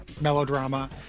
Melodrama